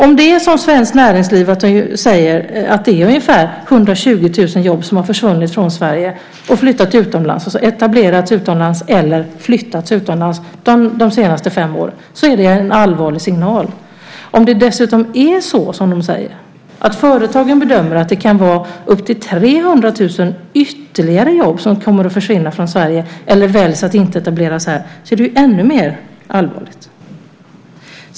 Om det är som Svenskt Näringsliv säger, nämligen att det är ungefär 120 000 jobb som har försvunnit från Sverige och etablerats utomlands eller flyttats utomlands de senaste fem åren, är det en allvarlig signal. Om det dessutom är så som de säger, att företagen bedömer att det kan vara upp till 300 000 ytterligare jobb som kommer att försvinna från Sverige eller inte etableras här, är det ännu mer allvarligt.